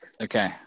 Okay